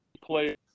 players